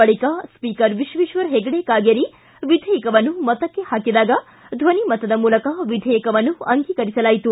ಬಳಕ ಸ್ವೀಕರ್ ವಿಶ್ವೇಶ್ವರ ಹೆಗಡೆ ಕಾಗೇರಿ ವಿಧೇಯಕವನ್ನು ಮತಕ್ಕೆ ಹಾಕಿದಾಗ ಧ್ವನಿಮತದ ಮೂಲಕ ವಿಧೇಯಕವನ್ನು ಅಂಗೀಕರಿಸಲಾಯಿತು